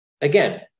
Again